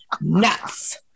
Nuts